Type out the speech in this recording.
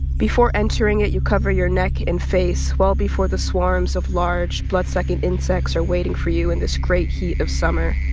before entering it, you cover your neck and face well before the swarms of large, bloodsucking insects are waiting for you in this great heat of summer